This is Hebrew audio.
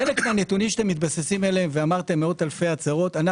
חלק מהנתונים שאתם מתבססים עליהם הנתונים